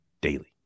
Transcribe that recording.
daily